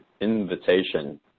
invitation